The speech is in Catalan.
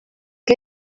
que